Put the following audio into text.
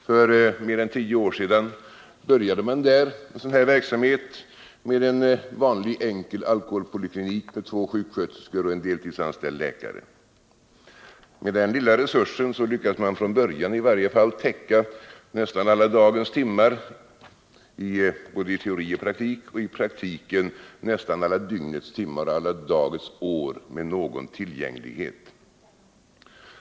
För mer än tio år sedan började man där en sådan här verksamhet med en vanlig enkel alkoholpoliklinik med två sjuksköterskor och en deltidsanställd läkare. Med den lilla resursen lyckades man från början täcka nästan alla dagens timmar både i teori och i praktik och i praktiken nästan alla dygnets timmar och årets dagar med någon tillgänglighet.